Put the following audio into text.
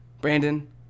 Brandon